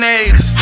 age